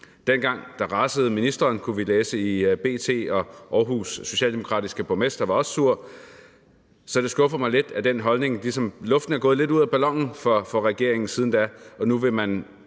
Dengang rasede ministeren, kunne vi læse i B.T., og Aarhus' socialdemokratiske borgmester var også sur, så det skuffer mig lidt, at luften er gået lidt ud af ballonen for regeringen siden da. Nu vil man